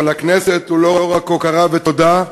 אבל לכנסת הוא לא רק הוקרה ותודה,